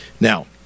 Now